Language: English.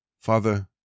Father